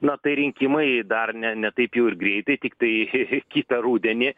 na tai rinkimai dar ne ne taip jau ir greitai tiktai kitą rudenį